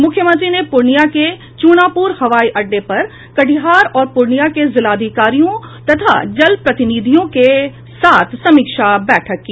मुख्यमंत्री ने पूर्णियां के चूनापुर हवाई अड्डे पर कटिहार और पूर्णियां के जिलाधिकारियों तथा जनप्रतिनिधियों के साथ समीक्षा बैठक की